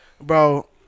bro